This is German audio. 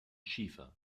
schiefer